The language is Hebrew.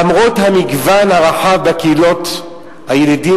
למרות המגוון הרחב בקהילות הילידים